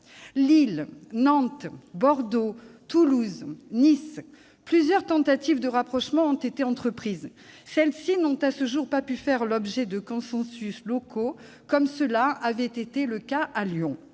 Lille, Nantes, Bordeaux, Toulouse, Nice ...: plusieurs tentatives de rapprochement ont été entreprises. Elles n'ont pas pu à ce jour faire l'objet de consensus locaux, comme cela avait été le cas à Lyon.